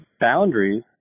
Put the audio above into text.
boundaries